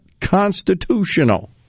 constitutional